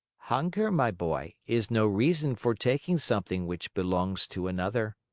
hunger, my boy, is no reason for taking something which belongs to another.